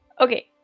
Okay